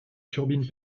turbine